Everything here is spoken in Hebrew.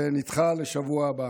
ונדחה לשבוע הבא.